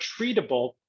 treatable